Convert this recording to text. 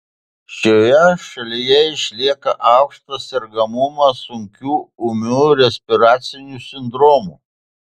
šioje šalyje išlieka aukštas sergamumas sunkiu ūmiu respiraciniu sindromu